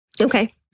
Okay